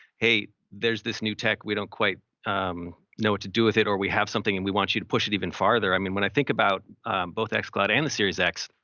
hey, there's this new tech. we don't quite know what to do with it. or we have something and we want you to push it even farther. i mean, when i think about both xcloud and the series x,